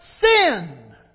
Sin